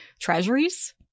treasuries